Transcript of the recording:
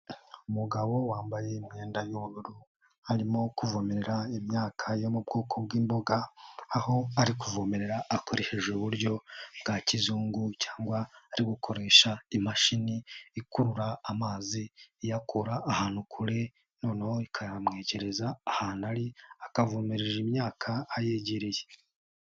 Umugabo wambaye imyenda y'ubururu arimo kuvomerera imyaka yo mu bwoko bw'imboga, aho ari kuvomerera akoresheje uburyo bwa kizungu cyangwa ari gukoresha imashini ikurura amazi iyakura ahantu kure noneho ikayamwegereza ahantu ari, akavomereje imyaka ayegereye.